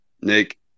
Nick